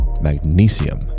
magnesium